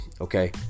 Okay